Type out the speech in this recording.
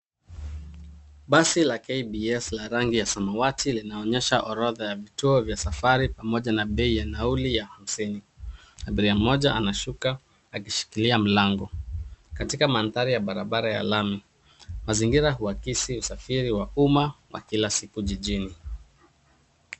Basi la, KBS,la rangi ya samawati linaonyesha orodha ya vituo vya safari pamoja na bei ya nauli ya hamsini. Abiria mmoja anashuka akishikilia mlango katika mandhari ya barabara ya lami. Mazingira huakisi usafiri wa umma wa kila siku jijini.